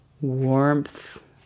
warmth